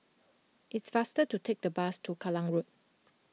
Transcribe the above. it's faster to take the bus to Kallang Road